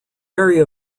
area